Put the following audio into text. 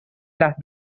las